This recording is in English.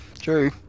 true